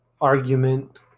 argument